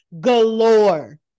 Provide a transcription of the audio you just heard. galore